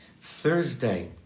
Thursday